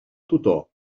tutor